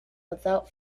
without